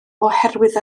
oherwydd